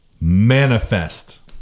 Manifest